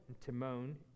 Timon